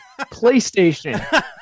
PlayStation